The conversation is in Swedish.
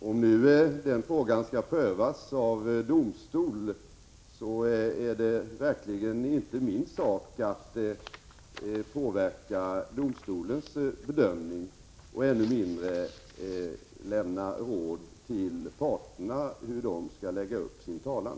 Om nu den här frågan skall prövas i domstol, är det verkligen inte min sak att påverka domstolens bedömning och ännu mindre att lämna råd till parterna hur de skall lägga upp sin talan.